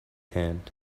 hand